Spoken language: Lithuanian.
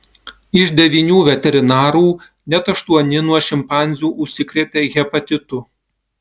iš devynių veterinarų net aštuoni nuo šimpanzių užsikrėtė hepatitu